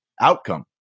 outcome